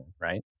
right